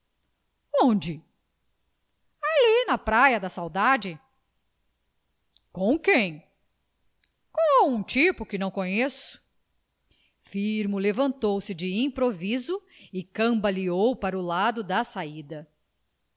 ali na praia da saudade com quem com um tipo que não conheço firmo levantou-se de improviso e cambaleou para o lado da saída